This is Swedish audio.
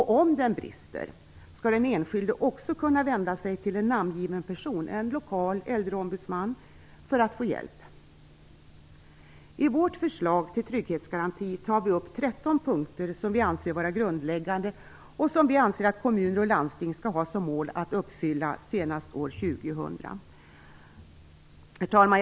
Om den brister skall den enskilde också kunna vända sig till en namngiven person - en lokal äldreombudsman - för att få hjälp. I vårt förslag till trygghetsgaranti tar vi upp 13 punkter som vi anser vara grundläggande, och som vi anser att kommuner och landsting skall ha som mål att uppfylla senast år 2000. Herr talman!